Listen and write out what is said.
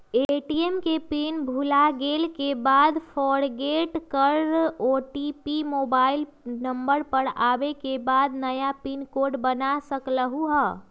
ATM के pin भुलागेल के बाद फोरगेट कर ओ.टी.पी मोबाइल नंबर पर आवे के बाद नया पिन कोड बना सकलहु ह?